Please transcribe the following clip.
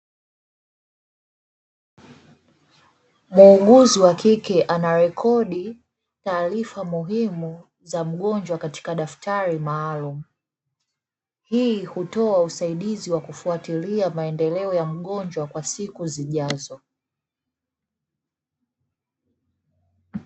Muuguzi wa kike anarekodi taarifa muhimu za mgonjwa katika daftari maalumu, hii hutoa usaidizi wa kufuatilia maendeleo ya mgonjwa kwa siku zijazo.